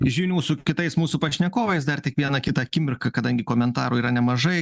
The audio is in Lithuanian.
žinių su kitais mūsų pašnekovais dar tik vieną kitą akimirką kadangi komentarų yra nemažai